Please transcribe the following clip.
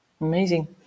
amazing